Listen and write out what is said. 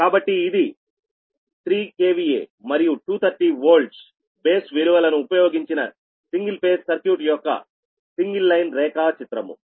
కాబట్టి ఇది 3 KVA మరియు 230 V బేస్ విలువలను ఉపయోగించిన సింగిల్ ఫేజ్ సర్క్యూట్ యొక్క సింగిల్ లైన్ రేఖా చిత్రము